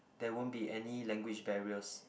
there won't be any language barriers